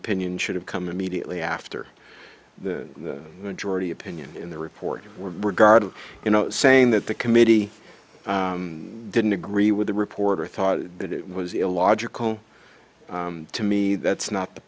opinion should have come immediately after the majority opinion in the report were regarded you know saying that the committee didn't agree with the reporter thought that it was illogical to me that's not the